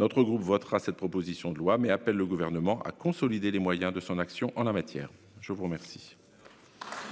Le groupe Les Républicains votera cette proposition de loi, mais appelle le Gouvernement à consolider les moyens de son action en la matière. La parole